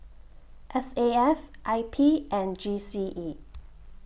S A F I P and G C E